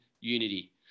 unity